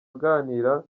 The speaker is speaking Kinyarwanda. aganira